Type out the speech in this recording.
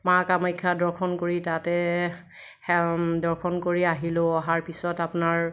মা কামাখ্যা দৰ্শন কৰি তাতে দৰ্শন কৰি আহিলোঁ অহাৰ পিছত আপোনাৰ